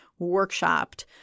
workshopped